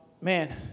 Man